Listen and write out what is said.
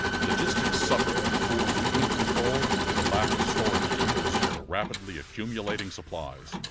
logistics suffered from poor movement control and a lack of storage depots for the rapidly accumulating supplies.